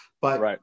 but-